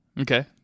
Okay